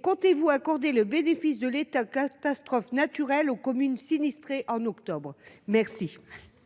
Comptez-vous accorder le bénéfice de l'état de catastrophe naturelle aux communes sinistrées en octobre dernier